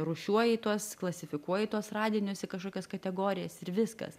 rūšiuoji tuos klasifikuoji tuos radinius į kažkokias kategorijas ir viskas